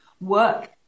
work